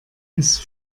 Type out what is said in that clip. ist